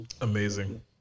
amazing